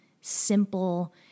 simple